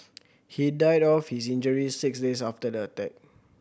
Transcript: he died of his injuries six days after the attack